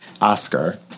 Oscar